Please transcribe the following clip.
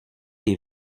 est